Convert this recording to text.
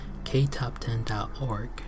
ktop10.org